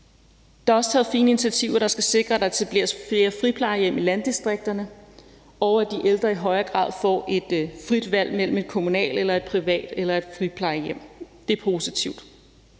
Der er også taget fine initiativer, der skal sikre, at der etableres flere friplejehjem i landdistrikterne, og at de ældre i højere grad får et frit valg mellem et kommunalt plejehjem, et privat plejehjem eller et friplejehjem. Det er positivt.